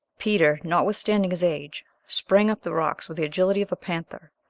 peter, notwithstanding his age, sprang up the rocks with the agility of a panther,